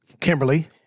Kimberly